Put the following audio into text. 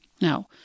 Now